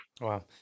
Wow